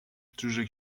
جوجه